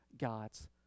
God's